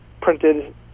printed